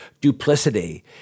duplicity